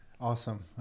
Awesome